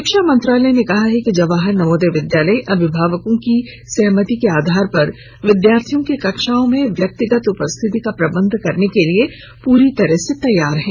शिक्षा मंत्रालय ने कहा है कि जवाहर नवोदय विद्यालय अभिभावकों की सहमति के आधार पर विद्यार्थियों की कक्षाओं में व्यक्तिगत उपस्थिति का प्रबंध करने के लिए पूरी तरह से तैयार है